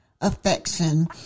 affection